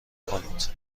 کنید